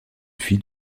fille